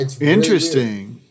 Interesting